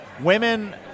women